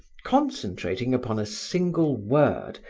concentrating upon a single word,